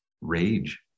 rage